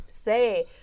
say